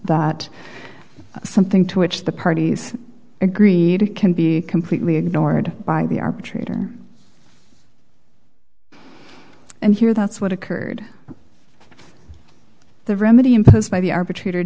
that something to which the parties agreed to can be completely ignored by the arbitrator and here that's what occurred the remedy imposed by the arbitrator